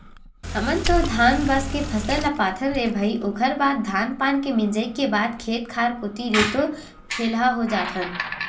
हमन तो धाने बस के फसल ले पाथन रे भई ओखर बाद धान पान के मिंजई के बाद खेत खार कोती ले तो ठेलहा हो जाथन